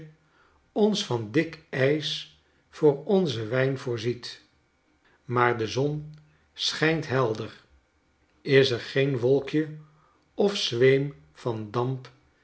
hetnaburigeriviertjeonsvan dik ijs voor onzen wijn voorziet maar de zon schijnt helder is er geen wolkje of zweem van damp